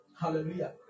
Hallelujah